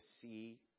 see